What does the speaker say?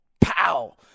Pow